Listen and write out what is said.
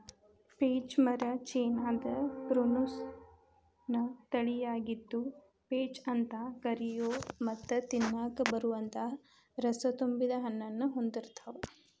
peach ಮರ ಚೇನಾದ Prunus ನ ತಳಿಯಾಗಿದ್ದು, ಪೇಚ್ ಅಂತ ಕರಿಯೋ ಮತ್ತ ತಿನ್ನಾಕ ಬರುವಂತ ರಸತುಂಬಿದ ಹಣ್ಣನ್ನು ಹೊಂದಿರ್ತಾವ